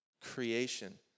creation